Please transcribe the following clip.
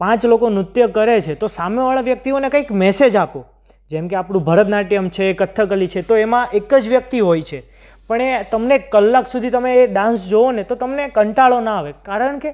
પાંચ લોકો નૃત્ય કરે છે તો સામેવાળા વ્યક્તિઓને કંઈક મેસેજ આપો જેમ કે આપણું ભરતનાટ્યમ છે કથ્થકલી છે તો એમાં એક જ વ્યક્તિ હોય છે પણ એ તમને કલાક સુધી એ ડાન્સ જુઓને તો તમને કંટાળો ના આવે કારણ કે